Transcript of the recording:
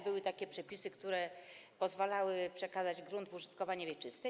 Były takie przepisy, które pozwalały przekazać grunt w użytkowanie wieczyste.